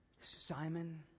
Simon